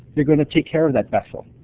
you're gonna take care of that vessel.